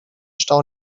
stau